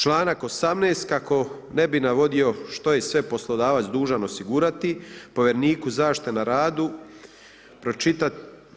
Članak 18. kako ne bih navodio što je sve poslodavac dužan osigurati, povjereniku zaštite na radu, pročitat.